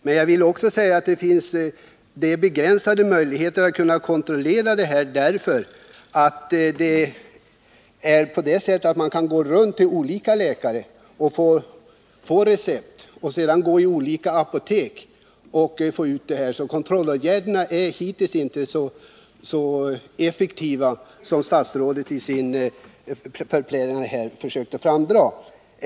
Men det finns begränsade möjligheter att kontrollera detta, därför att man kan gå runt till olika läkare och få recept och sedan gå till olika apotek och få ut läkemedel. Kontrollåtgärderna är hittills inte så effektiva som statsrådet här har försökt framhålla.